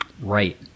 Right